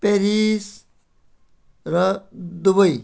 Paris र Dubai